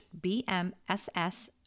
bmss